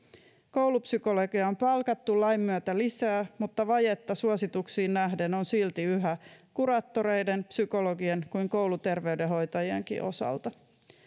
koulupsykologeja on palkattu lain myötä lisää mutta vajetta suosituksiin nähden on silti yhä niin kuraattoreiden psykologien kuin kouluterveydenhoitajienkin osalta